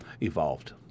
evolved